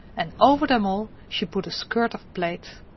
and over them all she put a skirt of plaid.